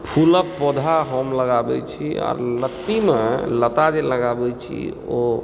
फूलक पौधा हम लगाबै छी आर लती मे लता जे लगाबै छी ओ